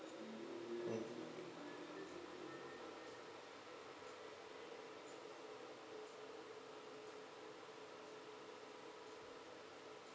mm